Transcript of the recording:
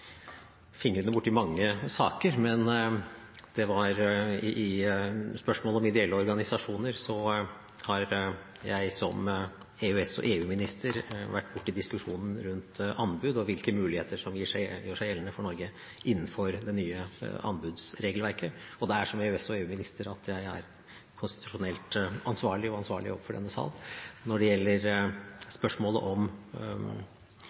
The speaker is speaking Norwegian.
fingrene borti mange saker, men i spørsmålet om ideelle organisasjoner har jeg som EØS- og EU-minister vært borti diskusjonen rundt anbud og hvilke muligheter som gjør seg gjeldende for Norge innenfor det nye anbudsregelverket, og det er som EØS- og EU-minister jeg er konstitusjonelt ansvarlig og ansvarlig overfor denne sal. Når det gjelder spørsmålet om